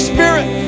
Spirit